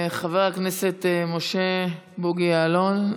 חבר הכנסת משה בוגי יעלון,